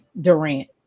durant